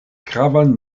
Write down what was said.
gravan